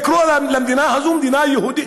כאן, לקרוא למדינה הזאת דמוקרטית.